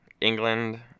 England